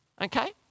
Okay